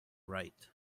right